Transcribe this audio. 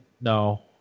no